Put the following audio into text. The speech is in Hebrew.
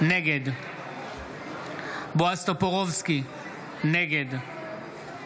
נגד בועז טופורובסקי, נגד